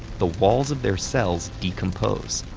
the walls of their cells decompose,